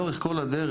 לאורך כל הדרך,